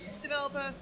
developer